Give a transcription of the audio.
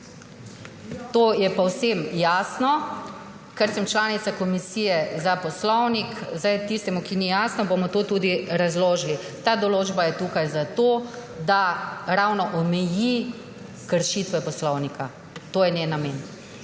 To je povsem jasno. Ker sem članica Komisije za poslovnik, bomo tistemu, ki ni jasno, to tudi razložili. Ta določba je tukaj zato, da ravno omeji kršitve poslovnika. To je njen namen.